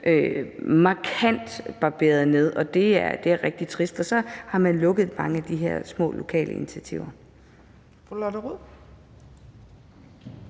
markant barberet ned, og det er rigtig trist, og så har man lukket mange af de her små lokale initiativer.